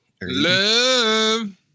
Love